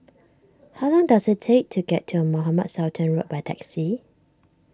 how long does it take to get to Mohamed Sultan Road by taxi